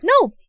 No